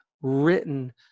written